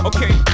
Okay